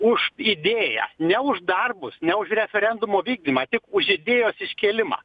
už idėją ne už darbus ne už referendumo vykdymą tik už idėjos iškėlimą